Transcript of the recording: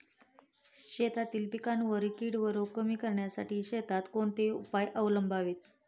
शेतातील पिकांवरील कीड व रोग कमी करण्यासाठी शेतात कोणते उपाय अवलंबावे?